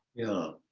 yeah.